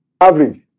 Average